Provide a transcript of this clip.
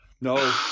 No